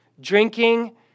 drinking